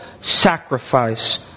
sacrifice